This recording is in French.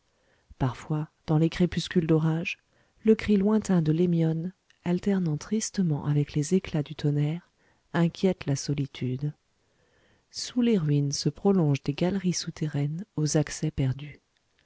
parfois dans les crépuscules d'orage le cri lointain de l'hémyone alternant tristement avec les éclats du tonnerre inquiète la solitude sous les ruines se prolongent des galeries souterraines aux accès perdus